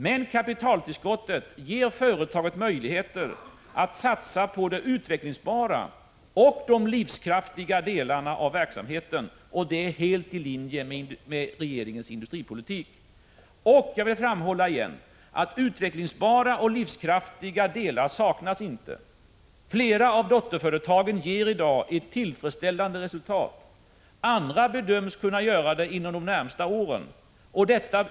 Men kapitaltillskottet ger företaget möjligheter att satsa på de utvecklingsbara och livskraftiga delarna av verksamheten — helt i linje med regeringens industripolitik. Jag vill åter framhålla att utvecklingsbara och livskraftiga delar inte saknas: Flera av dotterföretagen ger i dag ett tillfredsställande resultat, och andra bedöms kunna göra detta inom de närmaste åren.